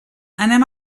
anem